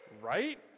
Right